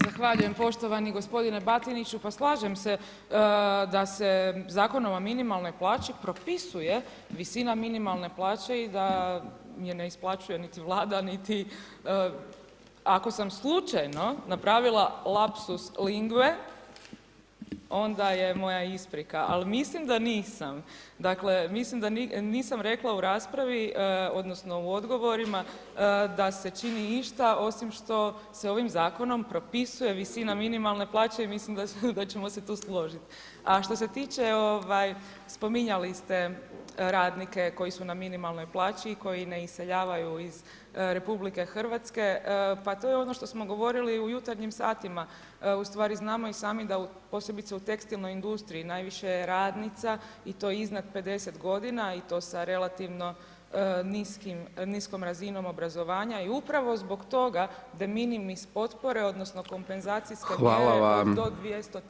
Zahvaljujem poštovani gospodine Batiniću, pa slažem se da se Zakonom o minimalnoj plaći propisuje visina minimalne plaće i da je ne isplaćuje niti Vlada, niti, ako sam slučajno napravila lapsus lingue, onda je moja isprika, ali mislim da nisam, dakle, mislim da nisam rekla u raspravi odnosno u odgovorima da se čini išta osim što se ovim Zakonom propisuje visina minimalne plaće i mislim da ćemo se tu složiti, a što se tiče, spominjali ste radnike koji su na minimalnoj plaći i koji ne iseljavaju iz RH, pa to je ono što smo govorili u jutarnjim satima, u stvari znamo i sami da u, posebice u tekstilnoj industriji, najviše radnica i to iznad 50 godina i to sa relativno niskom razinom obrazovanja i upravo zbog toga, deminimis potpore odnosno kompenzacijske [[Upadica: Hvala vam]] mjere do 200.000,00 EUR-a.